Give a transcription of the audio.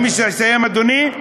אני מסיים, אדוני.